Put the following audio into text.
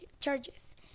charges